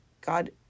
God